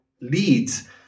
leads